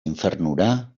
infernura